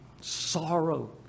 Sorrow